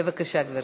בבקשה, גברתי.